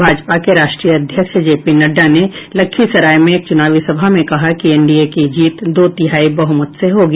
भाजपा के राष्ट्रीय अध्यक्ष जे पी नड्डा ने लखीसराय में एक चुनावी सभा में कहा कि एनडीए की जीत दो तिहाई बहुमत से होगी